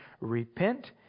Repent